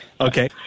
Okay